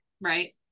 right